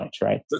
right